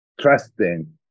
trusting